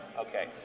okay